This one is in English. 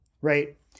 right